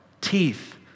teeth